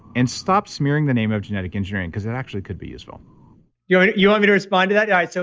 and stop smearing the name of genetic engineering because it actually could be useful do yeah and you want me to respond to that guy? so